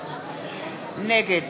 נגד